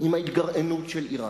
עם ההתגרענות של אירן.